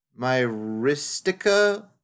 Myristica